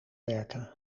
werken